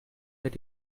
that